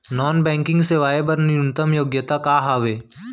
Non banking सेवाएं बर न्यूनतम योग्यता का हावे?